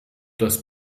das